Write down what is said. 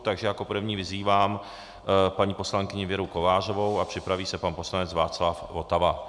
Takže jako první vyzývám paní poslankyni Věru Kovářovou a připraví se pan poslanec Václav Votava.